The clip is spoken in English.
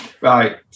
Right